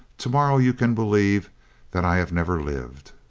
to-morrow you can believe that i have never lived.